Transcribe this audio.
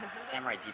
Samurai